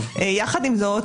יחד עם זאת,